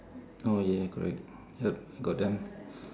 oh ya correct yup got them